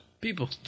People